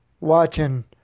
watching